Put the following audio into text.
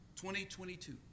2022